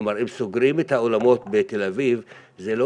כלומר אם סוגרים את האולמות בתל אביב זה לא